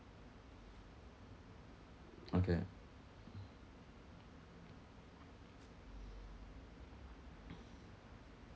okay